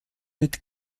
mit